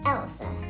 Elsa